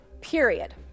period